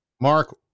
Mark